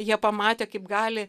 jie pamatė kaip gali